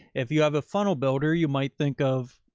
if you have a funnel builder, you might think of.